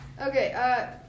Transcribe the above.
Okay